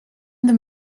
them